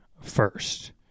first